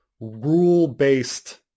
rule-based